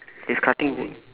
he's cutting wood